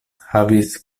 havis